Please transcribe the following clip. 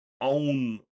own